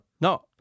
No